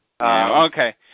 Okay